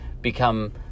become